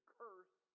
curse